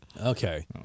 Okay